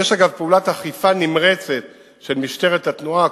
יש, אגב, פעולת אכיפה נמרצת של משטרת התנועה.